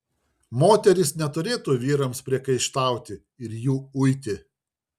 moterys neturėtų vyrams priekaištauti ir jų uiti